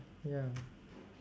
ya